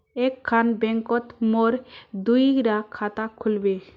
एक खान बैंकोत मोर दुई डा खाता खुल बे?